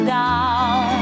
down